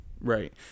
right